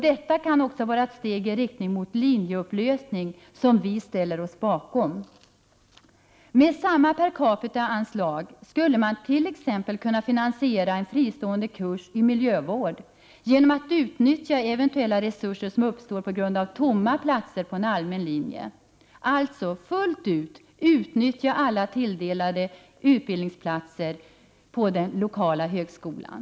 Det kan också vara ett steg i riktning mot en linjeupplösning, vilket vi ställer oss bakom. Med ett lika stort anslag per capita skulle man t.ex. genom att utnyttja eventuella resurser som uppstår på grund av tomma platser på en allmän linje kunna finansiera en fristående kurs i miljövård. Man skulle alltså fullt ut kunna utnyttja alla tilldelade utbildningsplatser på den lokala högskolan.